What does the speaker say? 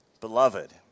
beloved